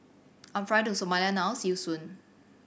I'm flying to Somalia now see you soon